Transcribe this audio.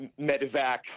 medevacs